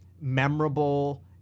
memorable